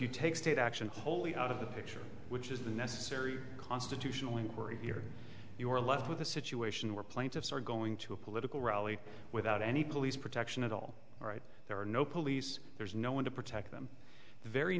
you take state action wholly out of the picture which is the necessary constitutionally were here you are left with a situation where plaintiffs are going to a political rally without any police protection at all right there are no police there's no one to protect them